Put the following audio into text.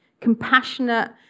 Compassionate